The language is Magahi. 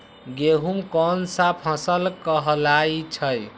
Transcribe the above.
गेहूँ कोन सा फसल कहलाई छई?